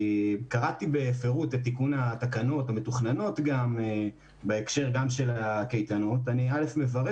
קראתי בפירוט את תיקון התקנות המתוכננות בהקשר של הקייטנות ואני מברך